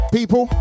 People